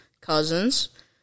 Cousins